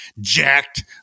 jacked